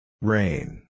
Rain